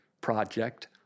project